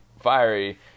fiery